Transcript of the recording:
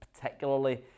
particularly